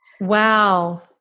Wow